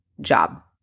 job